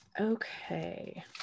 Okay